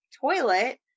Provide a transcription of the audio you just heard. toilet